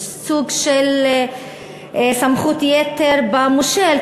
יש סוג של סמכות יתר במושל,